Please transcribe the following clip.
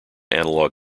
analog